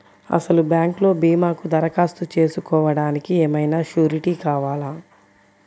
అసలు బ్యాంక్లో భీమాకు దరఖాస్తు చేసుకోవడానికి ఏమయినా సూరీటీ కావాలా?